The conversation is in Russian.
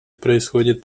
происходит